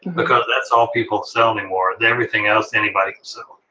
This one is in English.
because that's all people sell anymore. everything else, anybody can so